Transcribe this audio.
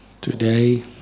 Today